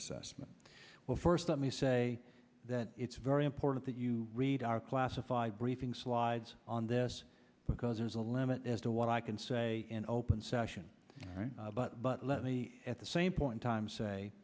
assessment well first let me say that it's very important that you read our classified briefing slides on this because there's a limit as to what i can say in open session but but let me at the same point time